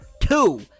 two